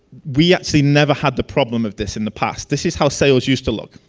we actually never had the problem of this in the past. this is how sales used to look.